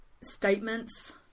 statements